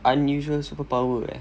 unusual superpower eh